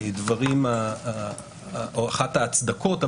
אחת ההצדקות.